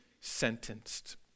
sentenced